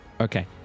Okay